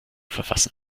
verfassen